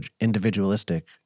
individualistic